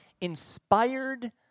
inspired